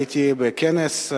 הייתי בכנס.